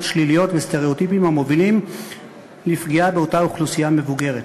שליליות וסטריאוטיפים המובילים לפגיעה באותה אוכלוסייה מבוגרת.